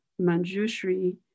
manjushri